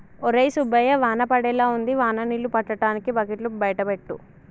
ఒరై సుబ్బయ్య వాన పడేలా ఉంది వాన నీళ్ళు పట్టటానికి బకెట్లు బయట పెట్టు